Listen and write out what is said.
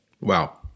Wow